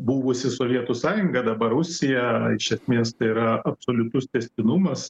buvusi sovietų sąjunga dabar rusija iš esmės tai yra absoliutus tęstinumas